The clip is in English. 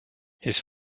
his